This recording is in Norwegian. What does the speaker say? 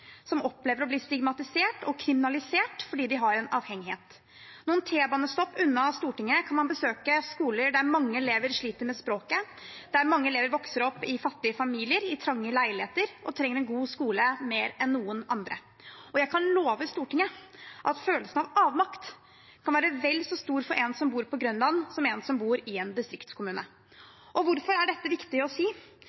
som opplever å bli stigmatisert og kriminalisert fordi de har en avhengighet. Noen T-banestopp unna Stortinget kan man besøke skoler der mange elever sliter med språket, der mange elever vokser opp i fattige familier i trange leiligheter og trenger en god skole mer enn noen andre. Og jeg kan love Stortinget at følelsen av avmakt kan være vel så stor for en som bor på Grønland, som for en som bor i en distriktskommune.